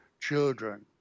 children